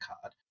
card